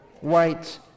white